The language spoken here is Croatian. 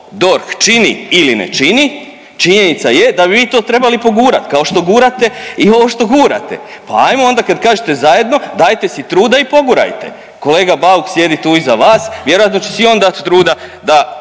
DORH čini ili ne čini činjenica je da bi vi to trebali pogurat, kao što gurate i ovo što gurate, pa ajmo onda kad kažete zajedno dajte si truda i pogurajte. Kolega Bauk sjedi tu iza vas, vjerojatno će si i on dat truda da